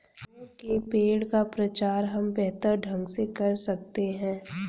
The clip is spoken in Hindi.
फलों के पेड़ का प्रचार हम बेहतर ढंग से कर सकते हैं